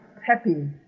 happy